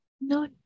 No